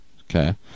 okay